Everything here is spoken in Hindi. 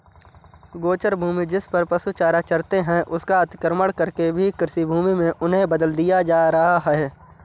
गोचर भूमि, जिसपर पशु चारा चरते हैं, उसका अतिक्रमण करके भी कृषिभूमि में उन्हें बदल दिया जा रहा है